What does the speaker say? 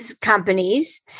companies